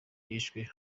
yishwe